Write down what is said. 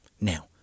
now